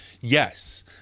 yes